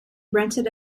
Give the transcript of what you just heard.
rented